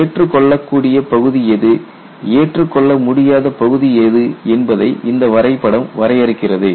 ஏற்றுக்கொள்ளக்கூடிய பகுதி எது ஏற்றுக்கொள்ள முடியாத பகுதி எது என்பதை இந்த வரைபடம் வரையறுக்கிறது